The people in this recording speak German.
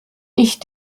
ich